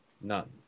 None